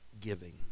giving